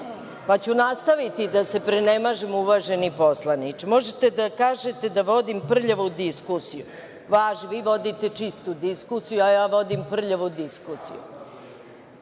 pa ću nastaviti da se prenemažem, uvaženi poslaniče. Možete da kažete da vodim prljavu diskusiju. Važi, vi vodite čistu diskusiju, a ja vodim prljavu diskusiju.